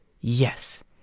Yes